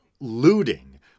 looting